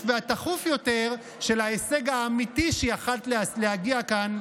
יותר של ההישג האמיתי שיכולת להגיע אליו כאן,